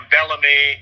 Bellamy